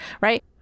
right